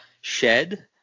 shed